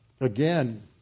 Again